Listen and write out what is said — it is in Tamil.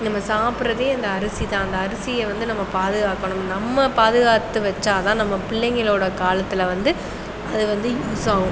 நம்ம சாப்பிடுறதே அந்த அரிசி தான் அந்த அரிசியை வந்து நம்ம பாதுக்கணும் நம்ம பாதுகாத்து வச்சாத்தான் நம்ம பிள்ளைங்களோடய காலத்தில் வந்து அது வந்து யூஸ் ஆகும்